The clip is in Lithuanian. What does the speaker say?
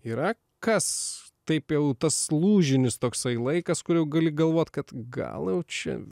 yra kas taip jau tas lūžinis toksai laikas paskui jau gali galvoti kad gal čia